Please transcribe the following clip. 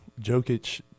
Jokic